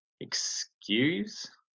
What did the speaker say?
excuse